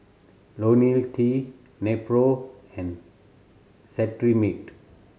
Lonil S T Nepro and Cetrimide